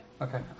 Okay